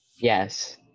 Yes